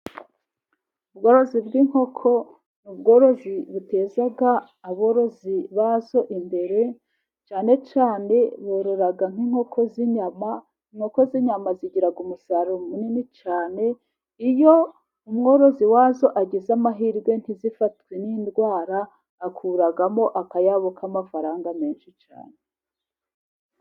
Ubworozi bw'inkoko, ni ubworozi buteza aborozi bazo imbere. Cyane cyane borora nk'inkoko z'inyama. Inkoko z'inyama zigira umusaruro munini cyane. Iyo umworozi wazo agize amahirwe ntizifatwe n'indwara, akuramo akayabo k'amafaranga menshi cyane.